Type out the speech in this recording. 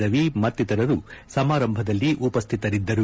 ರವಿ ಮತ್ತಿತರರು ಸಮಾರಂಭದಲ್ಲಿ ಉಪಶ್ಥಿತರಿದ್ದರು